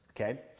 okay